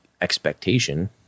expectation